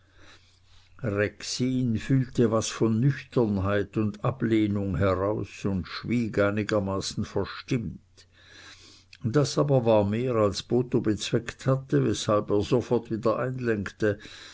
fühlte was von nüchternheit und ablehnung heraus und schwieg einigermaßen verstimmt das aber war mehr als botho bezweckt hatte weshalb er sofort wieder